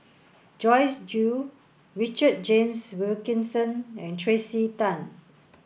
Joyce Jue Richard James Wilkinson and Tracey Tan